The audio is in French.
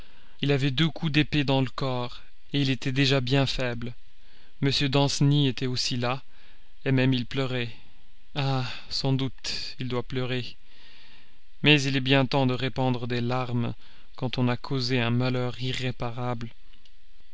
il avait deux coups d'épée dans le corps il était déjà bien faible m danceny était aussi là même il pleurait ah sans doute il doit pleurer mais il est bien temps de répandre des larmes quand on a causé un malheur irréparable